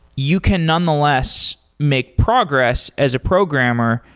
you can nonetheless make progress as a programmer,